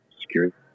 security